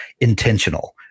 intentional